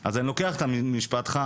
אז אני לוקח את המשפט הזה,